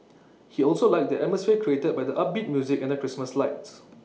he also liked the atmosphere created by the upbeat music and the Christmas lights